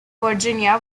virginia